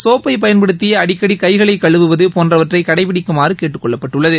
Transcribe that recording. சோப்பை பயன்படுத்தி அடிக்கடி கைகளை கழுவுவது போன்றவற்றை கடைப்பிடிக்குமாறு கேட்டுக்கொள்ளப்பட்டுள்ளது